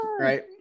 right